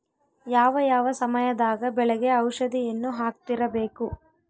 ಯಾವ ಯಾವ ಸಮಯದಾಗ ಬೆಳೆಗೆ ಔಷಧಿಯನ್ನು ಹಾಕ್ತಿರಬೇಕು?